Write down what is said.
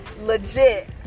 legit